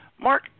Mark